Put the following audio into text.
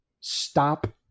stop